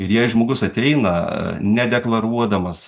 ir jei žmogus ateina a nedeklaruodamas